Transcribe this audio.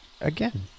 Again